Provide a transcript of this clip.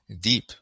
deep